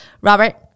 Robert